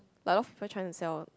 like a lot of people trying to sell